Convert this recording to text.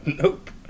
nope